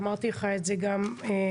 אמרתי לך את זה גם כשבאתי.